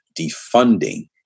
defunding